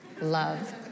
Love